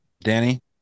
Danny